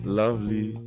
lovely